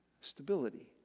stability